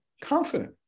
confident